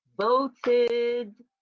voted